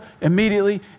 immediately